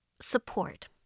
support